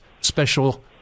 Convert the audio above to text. special